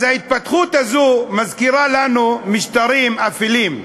אז ההתפתחות הזאת מזכירה לנו משטרים אפלים,